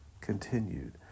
continued